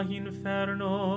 inferno